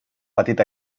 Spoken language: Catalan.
petit